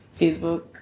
Facebook